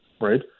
right